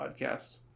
podcasts